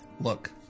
Look